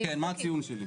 מה הציון שלי?